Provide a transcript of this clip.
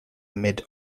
mid